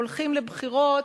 הולכים לבחירות,